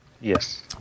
Yes